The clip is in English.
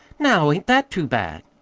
now, ain't that too bad?